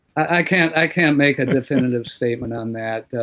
i can't i can't make a definitive statement on that